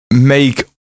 make